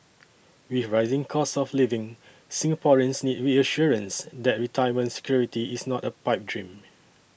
with rising costs of living Singaporeans need reassurance that retirement security is not a pipe dream